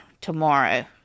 tomorrow